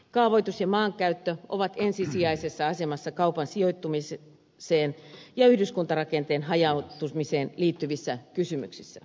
kaavoitus ja maankäyttö ovat ensisijaisessa asemassa kaupan sijoittumiseen ja yhdyskuntarakenteen hajautumiseen liittyvissä kysymyksissä